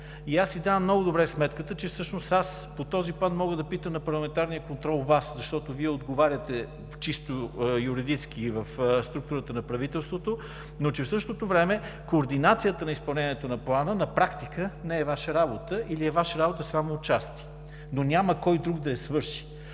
Аз си давам много добре сметката, че всъщност по този План мога да питам на парламентарния контрол Вас, защото Вие отговаряте чисто юридически в структурата на правителството. В същото време координацията по изпълнението на Плана на практика не е Ваша работа или е Ваша работа само отчасти, но няма кой друг да я свърши!